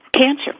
cancer